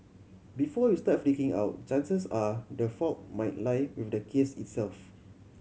before you start freaking out chances are the fault might lie with the case itself